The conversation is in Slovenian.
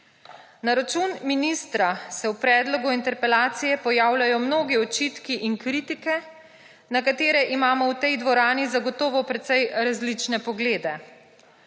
Na račun ministra se v predlogu interpelacije pojavljajo mnogi očitki in kritike, na katere imamo v tej dvorani zagotovo precej različne poglede.